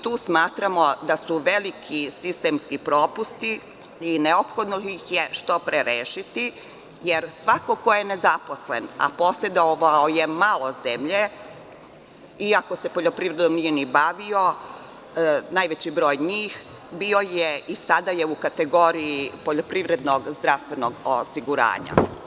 Tu smatramo da su veliki sistemski propusti i neophodno ih je što pre rešiti, jer svako ko je nezaposlen, a posedovao je malo zemlje, iako se poljoprivredom nije ni bavio, najveći broj njih bio je i sada je u kategoriji poljoprivrednog zdravstvenog osiguranja.